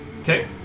Okay